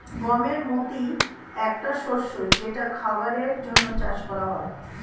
গমের মতি একটা শস্য যেটা খাবারের জন্যে চাষ করা হয়